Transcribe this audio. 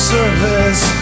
service